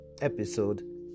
episode